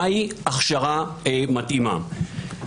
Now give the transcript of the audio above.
מהי הכשרה מתאימה.